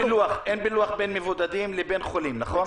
אין פילוח בין מבודדים לבין חולים, נכון?